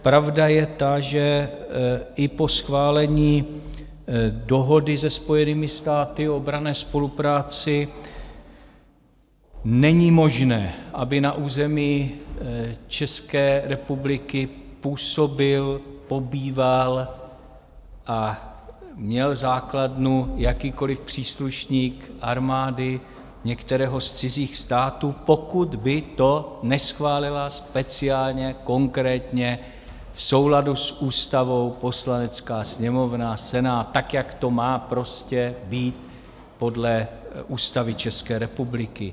Pravda je ta, že i po schválení dohody se Spojenými státy o obranné spolupráci není možné, aby na území České republiky působil, pobýval a měl základnu jakýkoliv příslušník armády některého z cizích států, pokud by to neschválila speciálně konkrétně v souladu s ústavou Poslanecká sněmovna, Senát, tak jak to má být podle Ústavy České republiky.